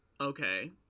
Okay